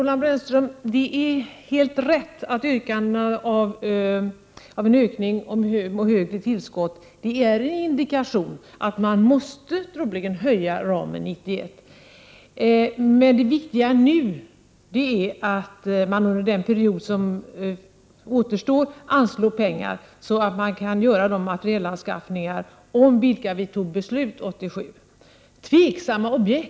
Fru talman! Det är helt riktigt, Roland Brännström, att yrkandena om en ökning och ett högre tillskott är en indikation på att man troligen måste höja ramen 1991. Det som är viktigt nu är att man under den återstående perioden anslår pengar så att man-kan göra de materielanskaffningar som vi fattade beslut om 1987.